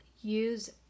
use